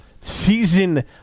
Season